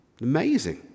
amazing